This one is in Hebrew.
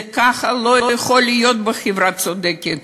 כך זה לא יכול להיות בחברה צודקת.